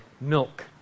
milk